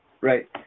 Right